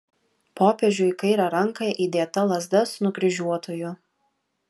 popiežiui į kairę ranką įdėta lazda su nukryžiuotuoju